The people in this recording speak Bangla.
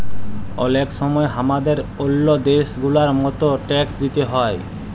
অলেক সময় হামাদের ওল্ল দ্যাশ গুলার মত ট্যাক্স দিতে হ্যয়